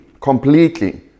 completely